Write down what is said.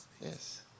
Yes